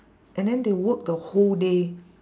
and then they work the whole day